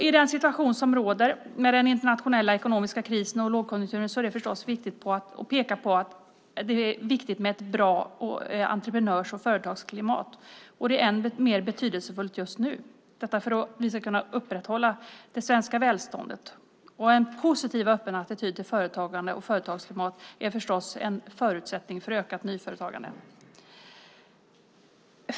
I den situation som råder med den internationella ekonomiska krisen och lågkonjunkturen är det förstås viktigt med ett bra entreprenörs och företagsklimat, och det är än mer betydelsefullt just nu för att vi ska kunna upprätthålla det svenska välståndet. En positiv och öppen attityd till företagande och företagsklimat är förstås en förutsättning för ökat nyföretagande.